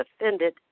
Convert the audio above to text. offended